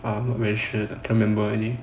oh I see cannot remember anything